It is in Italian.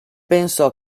pensò